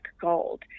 gold